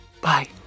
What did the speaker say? Bye